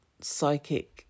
psychic